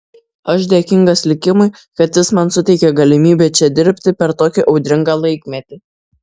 aš dėkingas likimui kad jis man suteikė galimybę čia dirbti per tokį audringą laikmetį